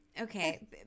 Okay